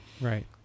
Right